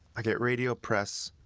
i get radio press,